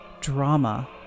drama